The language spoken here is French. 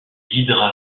guidera